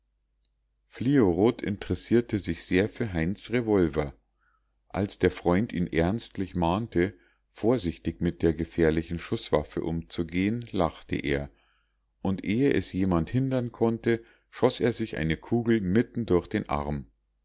fliorot interessierte sich sehr für heinz revolver als der freund ihn ernstlich mahnte vorsichtig mit der gefährlichen schußwaffe umzugehen lachte er und ehe es jemand hindern konnte schoß er sich eine kugel mitten durch den arm